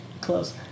close